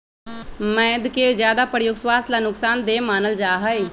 मैद के ज्यादा प्रयोग स्वास्थ्य ला नुकसान देय मानल जाहई